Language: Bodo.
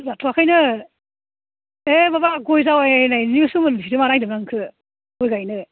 जाथ'वाखैनो एह माबा गय जावैनायनि सोमोन्दैसो माबानो नागिरदोंमोन आं नोंखौ गय गायनो